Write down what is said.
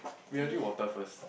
we will drink water first